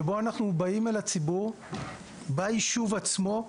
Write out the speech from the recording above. שבו אנחנו באים אל הציבור ביישוב עצמו,